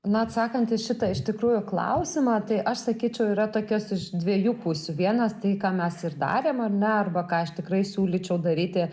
na atsakant į šitą iš tikrųjų klausimą tai aš sakyčiau yra tokios iš dviejų pusių vienas tai ką mes ir darėm ar ne arba ką aš tikrai siūlyčiau daryti